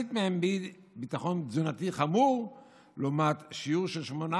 אני קובע כי הצעת